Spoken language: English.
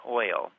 oil